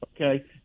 okay